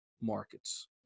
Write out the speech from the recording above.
markets